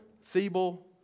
feeble